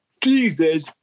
Jesus